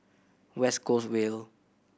West Coast Vale